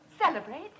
Celebrate